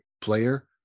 player